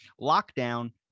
lockdown